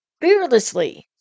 Fearlessly